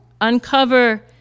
uncover